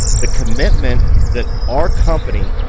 the commitment that our company,